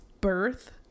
birth